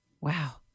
Wow